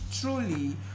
truly